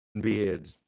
beard